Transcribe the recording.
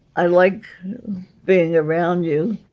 i like being around you.